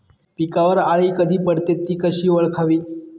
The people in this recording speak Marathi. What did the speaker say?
पिकावर अळी कधी पडते, ति कशी ओळखावी?